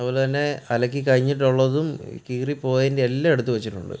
അതു പോലെ തന്നെ അലക്കി കഴിഞ്ഞിട്ടുള്ളതും കീറി പോയതിൻ്റെ എല്ലാം എടുത്തു വെച്ചിട്ടുണ്ട്